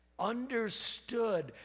Understood